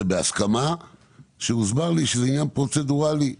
בהסכמה כשהוסבר לי שזה עניין פרוצדוראלי.